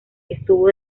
estuvo